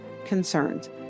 concerns